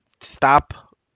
stop